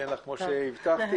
שמאי, בבקשה.